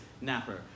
napper